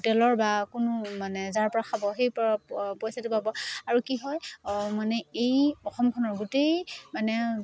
হোটেলৰ বা কোনো মানে যাৰ পৰা খাব সেই পৰা পইচাটো পাব আৰু কি হয় মানে এই অসমখনৰ গোটেই মানে